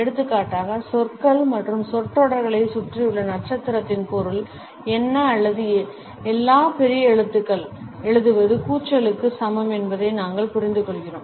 எடுத்துக்காட்டாக சொற்கள் மற்றும் சொற்றொடர்களைச் சுற்றியுள்ள நட்சத்திரத்தின் பொருள் என்ன அல்லது எல்லா பெரிய எழுத்துக்கள் எழுதுவது கூச்சலுக்கு சமம் என்பதை நாங்கள் புரிந்துகொள்கிறோம்